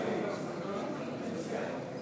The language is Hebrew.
אנחנו עוברים להצעת